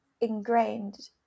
ingrained